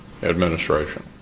administration